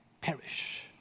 perish